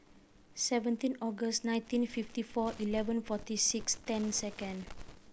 seventeen August nineteen fifty four eleven forty six ten second